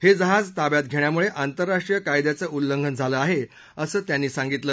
हे जहाज ताब्यात घेण्यामुळे आंतरराष्ट्रीय कायद्याचं उल्लंघन झालं आहे असं हंट यांनी सांगितलं